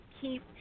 keep